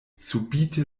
subite